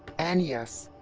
and yes.